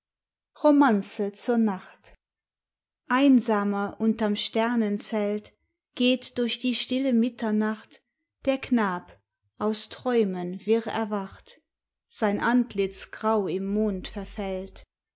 romanze zur nacht einsamer unterm sternenzelt geht durch die stille mitternacht der knab aus träumen wirr erwacht sein antlitz grau im mond verfällt